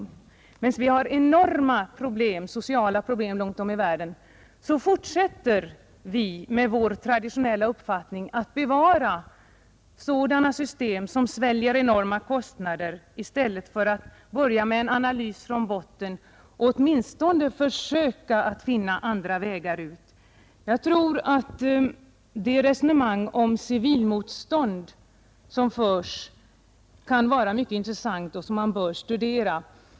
Samtidigt som det förekommer enorma sociala problem runt om i världen fortsätter vi med vår traditionella uppfattning att bevara system, som sväljer sådana enorma kostnader, i stället för att börja med en analys från botten för att försöka finna andra vägar ur detta dilemma. Jag tror att det resonemang om civilmotstånd som förs kan vara mycket intressant och att det bör studeras.